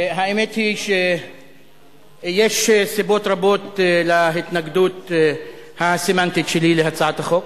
האמת היא שיש סיבות רבות להתנגדות הסמנטית שלי להצעת החוק.